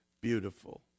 beautiful